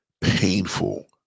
painful